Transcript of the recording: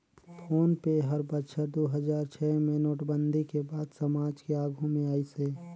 phone पे हर बछर दू हजार छै मे नोटबंदी के बाद समाज के आघू मे आइस हे